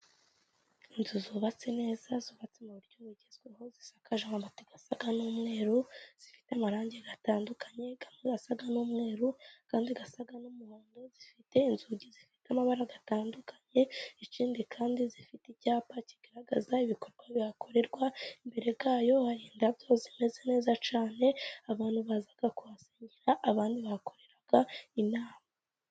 Inzu zubatse neza zubatse mu buryo bugezweho zisakaje amabati asa n'umweru zifite amarange atandukanye amwe asa n'umweru andi asa n'umuhondo. Zifite inzugi zifite amabara atandukanye ikindi kandi zifite icyapa kigaragaza ibikorwa bihakorerwa, imbere yayo hari indabyo zimeze neza cyane abantu baza kuhasengera abandi bakorera inama.